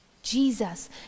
Jesus